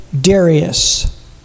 Darius